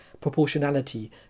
proportionality